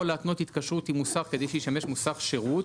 להתנות התקשרות עם מוסך כדי שישמש מוסך שירות,